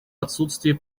отсутствии